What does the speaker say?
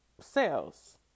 sales